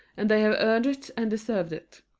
and they have earned it and deserved it.